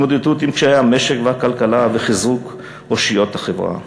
התמודדות עם קשיי המשק והכלכלה וחיזוק אושיות החברה.